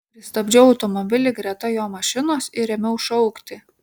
pristabdžiau automobilį greta jo mašinos ir ėmiau šaukti